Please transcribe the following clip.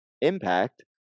Impact